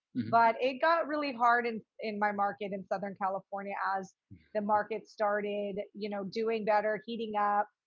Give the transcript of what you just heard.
but it got really hard. and in my market in southern california, as the market started, you know, doing better heating up.